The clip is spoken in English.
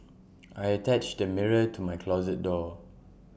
I attached the mirror to my closet door